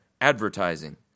advertising